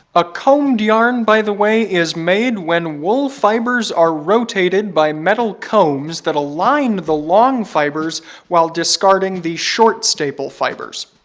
a combed yarn, by the way, is made when wool fibers are rotated by metal combs that align the long fibers while discarding these short staple fibers.